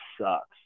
sucks